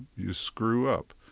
you screw up.